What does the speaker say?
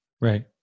Right